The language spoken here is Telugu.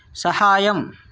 సహాయం